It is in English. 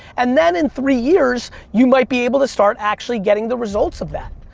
and then in three years, you might be able to start actually getting the results of that.